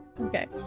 Okay